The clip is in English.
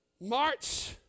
March